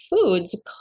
foods